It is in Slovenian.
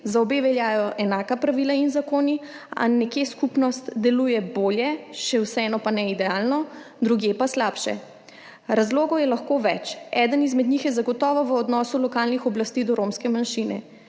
za obe veljajo enaka pravila in zakoni, a nekje skupnost deluje bolje, še vseeno pa ne idealno, drugje pa slabše. Razlogov je lahko več. Eden izmed njih je zagotovo v odnosu lokalnih oblasti do romske manjšine.